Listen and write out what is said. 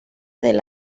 del